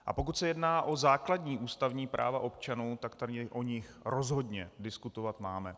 A pokud se jedná o základní ústavní práva občanů, tak tam o nich rozhodně diskutovat máme.